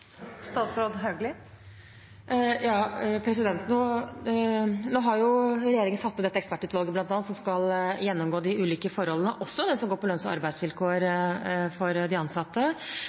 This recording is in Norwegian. satt ned dette ekspertutvalget som skal gjennomgå de ulike forholdene, også det som går på lønns- og arbeidsvilkår for